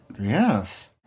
Yes